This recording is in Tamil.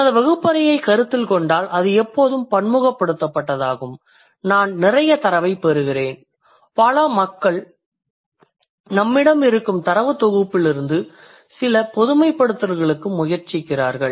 எனது வகுப்பறையை கருத்தில் கொண்டால் அது எப்போதும் பன்முகப்படுத்தப்பட்டதாகும் நான் நிறைய தரவைப் பெறுகிறேன் பின் மக்கள் நம்மிடம் இருக்கும் தரவுத் தொகுப்பிலிருந்து சில பொதுமைப்படுத்தல்களுக்கு முயற்சிக்கிறார்கள்